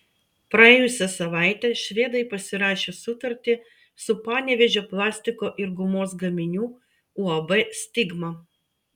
praėjusią savaitę švedai pasirašė sutartį su panevėžio plastiko ir gumos gaminių uab stigma